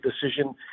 decision